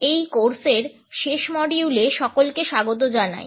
এই কোর্সের শেষ মডিউলে সকলকে স্বাগত জানাই